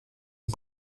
ihm